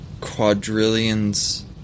quadrillions